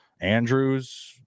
Andrews